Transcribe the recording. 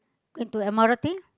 into m_r_t